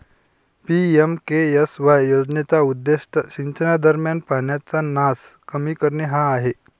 PMKSY योजनेचा उद्देश सिंचनादरम्यान पाण्याचा नास कमी करणे हा आहे